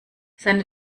seine